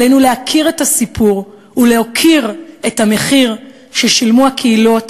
עלינו להכיר את הסיפור ולהוקיר את המחיר ששילמו הקהילות